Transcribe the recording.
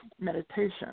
meditation